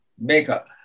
makeup